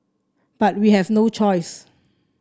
but we have no choice